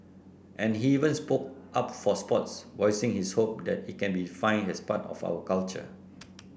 and he even spoke up for sports voicing his hope that it can be defined as part of our culture